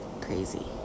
Crazy